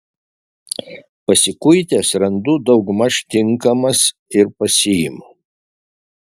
pasikuitęs randu daugmaž tinkamas ir pasiimu